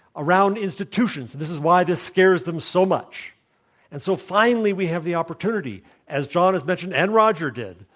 around institutions and this is why this scares them so much and so finally we have the opportunity as john has mentioned and roger did,